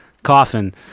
coffin